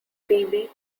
phoebe